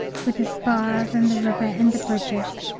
with the spires and the river and the bridges,